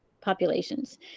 populations